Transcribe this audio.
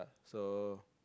so